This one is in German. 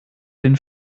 den